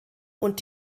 und